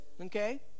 okay